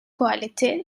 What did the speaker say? quality